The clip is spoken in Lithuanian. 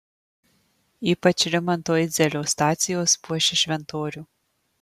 ypač rimanto idzelio stacijos puošia šventorių